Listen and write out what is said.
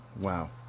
Wow